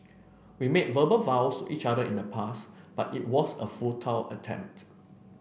we made verbal vows each other in the past but it was a futile attempt